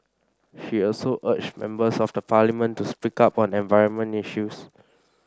she also urged members of the Parliament to speak up on environment issues